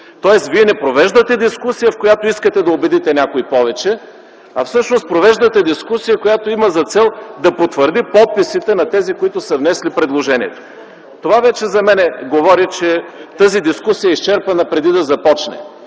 Тоест Вие не провеждате дискусия, в която искате да убедите някой повече, а всъщност провеждате дискусия, която има за цел да потвърди подписите на тези, които са внесли предложението. Това вече за мен говори, че тази дискусия е изчерпана, преди да започне.